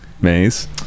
Maze